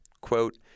Quote